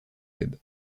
web